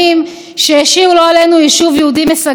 שסילק פולשים שחדרו לשטוח לא להם.